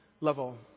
level